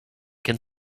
can